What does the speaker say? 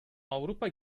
avrupa